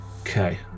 Okay